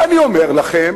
ואני אומר לכם,